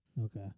okay